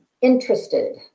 interested